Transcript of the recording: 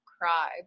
cry